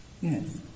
yes